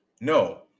No